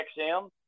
XM